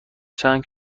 چند